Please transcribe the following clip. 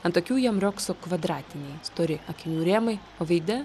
ant akių jam riogso kvadratiniai stori akinių rėmai o veide